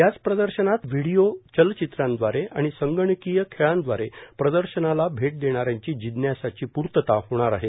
याच पदर्शणात विविध व्हिडीओ चलचित्रांद्वारे आणि संगणकीय खेळांदवारे प्रदर्शनाला भेट देणाऱ्याची जिज्ञासांची पूर्तता होणार आहे